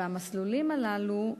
והמסלולים הללו,